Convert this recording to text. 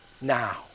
Now